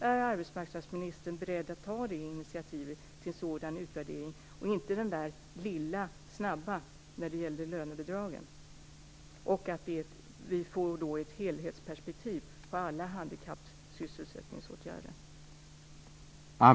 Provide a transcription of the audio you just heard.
Är arbetsmarknadsministern beredd att ta initiativet till en sådan utvärdering och inte den lilla, snabba som gällde lönebidragen, så att vi får ett helhetsperspektiv på alla sysselsättningsåtgärder för handikappade?